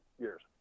years